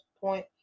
point